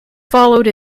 followed